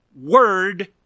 word